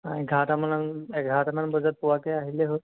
এঘাৰটামান বজাত পোৱাকৈ আহিলেই হ'ল